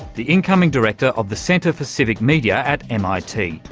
the incoming director of the centre for civic media at mit,